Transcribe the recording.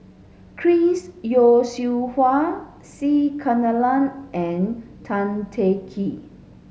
Chris Yeo Siew Hua C Kunalan and Tan Teng Kee